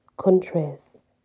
countries